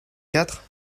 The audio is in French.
quatre